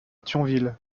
thionville